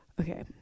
Okay